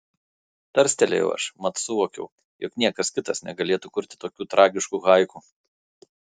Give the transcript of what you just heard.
tarstelėjau aš mat suvokiau jog niekas kitas negalėtų kurti tokių tragiškų haiku